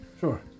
Sure